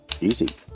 Easy